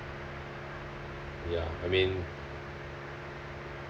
ya I mean